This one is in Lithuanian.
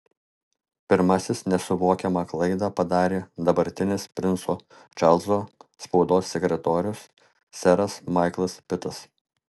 pirmasis nesuvokiamą klaidą padarė dabartinis princo čarlzo spaudos sekretorius seras maiklas pitas